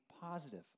positive